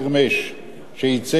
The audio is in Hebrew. שייצג את החקלאים,